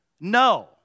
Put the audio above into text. No